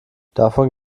davon